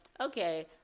okay